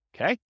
Okay